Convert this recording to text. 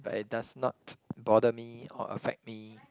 but it does not bother me or affect me